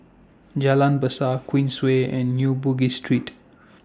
Jalan Besar Queensway and New Bugis Street